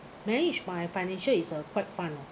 manage my financial is a quite fun orh